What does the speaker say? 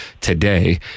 today